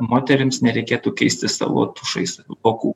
moterims nereikėtų keisti savo tušais vokų